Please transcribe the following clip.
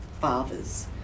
fathers